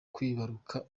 kwibaruka